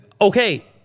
Okay